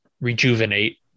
rejuvenate